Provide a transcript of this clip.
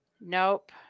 Nope